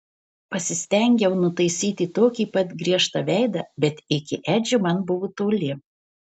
pasistengiau nutaisyti tokį pat griežtą veidą bet iki edžio man buvo toli